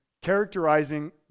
characterizing